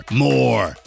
more